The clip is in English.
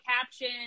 caption